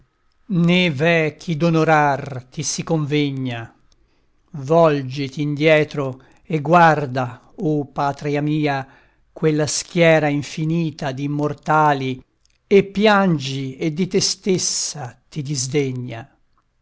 v'è chi d'onorar ti si convegna volgiti indietro e guarda o patria mia quella schiera infinita d'immortali e piangi e di te stessa ti disdegna